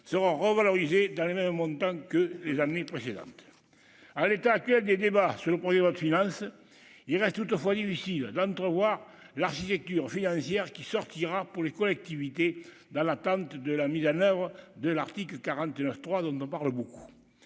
seront revalorisées dans le même montant que les années précédentes à l'état actuel des débats sur le 1er, loi de finances, il reste toutefois difficile d'entrevoir l'architecture financière qui sortira pour les collectivités, dans l'attente de la mise en oeuvre de l'article 49 3 dont on parle beaucoup